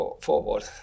forward